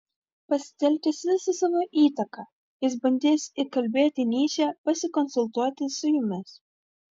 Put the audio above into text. pasitelkęs visą savo įtaką jis bandys įkalbėti nyčę pasikonsultuoti su jumis